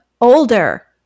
older